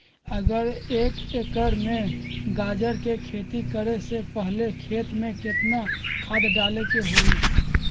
अगर एक एकर में गाजर के खेती करे से पहले खेत में केतना खाद्य डाले के होई?